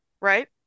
right